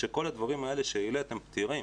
שכל הדברים האלה שהעליתם הם פתירים.